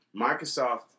Microsoft